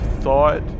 thought